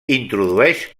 introdueix